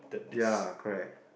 yeah correct